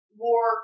war